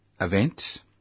event